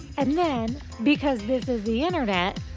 and then because this is the internet,